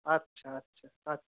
আচ্ছা আচ্ছা আচ্ছা